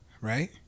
right